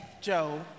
Joe